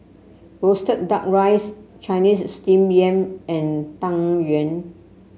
roasted duck rice Chinese Steamed Yam and Tang Yuen